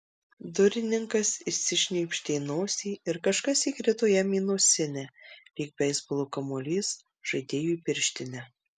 durininkas išsišnypštė nosį ir kažkas įkrito jam į nosinę lyg beisbolo kamuolys žaidėjui į pirštinę